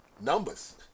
numbers